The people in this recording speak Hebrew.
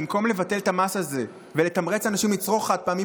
במקום לבטל את המס הזה ולתמרץ אנשים לצרוך חד-פעמי,